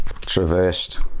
traversed